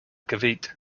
cavite